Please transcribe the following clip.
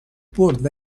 برد